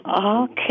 Okay